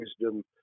wisdom